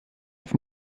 auf